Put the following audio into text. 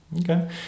Okay